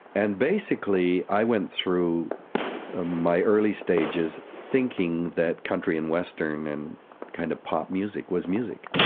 and basically i went through ah my early stages thinking that country and western and kind of pop music was music.